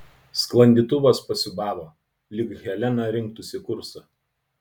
sklandytuvas pasiūbavo lyg helena rinktųsi kursą